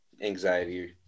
anxiety